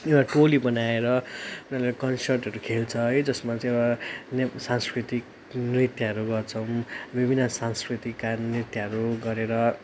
एउटा टोली बनाएर उनीहरूले कन्सर्टहरू खेल्छ है जसमा चाहिँ एउटा ने सांस्कृतिक नृत्यहरू गर्छौँ विभिन्न संस्कृतिका नृत्यहरू गरेर